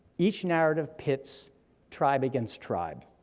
each narrative pits tribe against tribe,